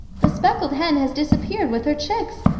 the speckled hen has disappeared with her chicks.